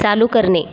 चालू करणे